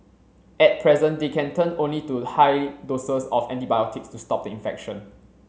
at present they can turn only to high doses of antibiotics to stop the infection